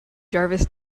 jarvis